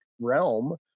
realm